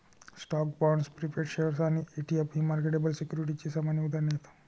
stocks, bonds, preferred shares आणि ETF ही marketable सिक्युरिटीजची सामान्य उदाहरणे आहेत